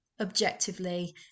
objectively